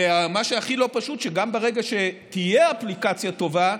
ומה שהכי לא פשוט הוא שגם ברגע שתהיה אפליקציה טובה,